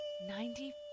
Ninety